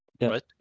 right